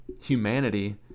humanity